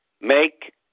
Make